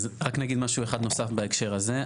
אז רק נגיד משהו אחד נוסף בהקשר הזה.